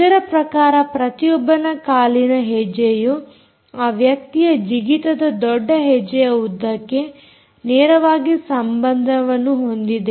ಇದರ ಪ್ರಕಾರ ಪ್ರತಿಯೊಬ್ಬನ ಕಾಲಿನ ಹೆಜ್ಜೆಯು ಆ ವ್ಯಕ್ತಿಯ ಜಿಗಿತದ ದೊಡ್ಡ ಹೆಜ್ಜೆಯ ಉದ್ದಕ್ಕೆ ನೇರವಾಗಿ ಸಂಬಂಧವನ್ನು ಹೊಂದಿದೆ